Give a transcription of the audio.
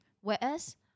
Whereas